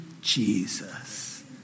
Jesus